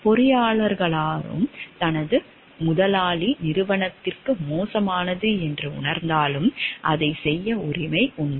பொறியியலாளரும் தனது முதலாளி நிறுவனத்திற்கு மோசமானது என்று உணர்ந்தாலும் இதைச் செய்ய உரிமை உண்டு